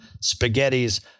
Spaghetti's